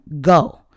go